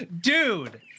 Dude